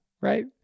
right